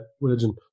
religion